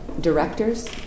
directors